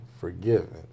forgiven